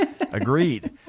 Agreed